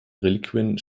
reliquien